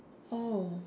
oh